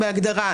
בהגדרה,